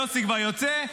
יוסי כבר יוצא,